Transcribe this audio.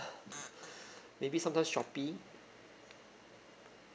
maybe sometime Shopee